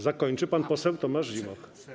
zakończy pan poseł Tomasz Zimoch.